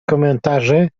komentarze